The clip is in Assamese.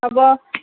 হ'ব